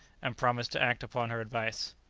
and promised to act upon her advice.